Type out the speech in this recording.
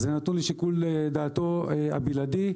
וזה נתון לשיקול דעתו הבלעדי.